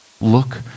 Look